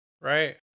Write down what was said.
right